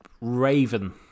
Raven